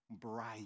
bright